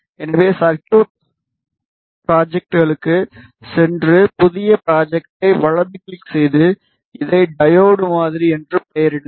எனவே சர்க்யூட் ப்ராஜெக்ட்களுக்கு சென்று புதிய ப்ராஜெக்ட்டை வலது கிளிக் செய்து இதை டையோடு மாதிரி என்று பெயரிடுங்கள்